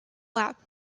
lap